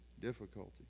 difficulty